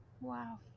Wow